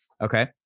Okay